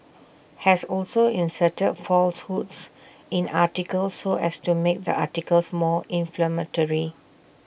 has also inserted falsehoods in articles so as to make the articles more inflammatory